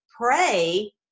pray